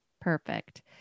perfect